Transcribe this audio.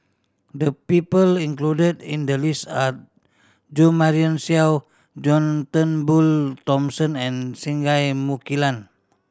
the people included in the list are Jo Marion Seow John Turnbull Thomson and Singai Mukilan